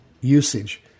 usage